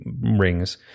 Rings